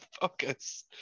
Focus